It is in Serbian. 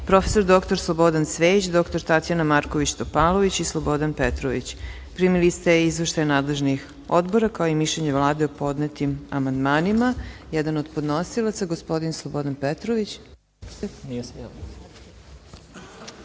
prof. dr Slobodan Cvejić, dr Tatjana Marković Topalović i Slobodan Petrović. Primili ste izveštaje nadležnih odbora, kao i mišljenje Vlade o podnetim amandmanima. Jedan od podnosilaca gospodin Slobodan Petrović.